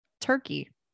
turkey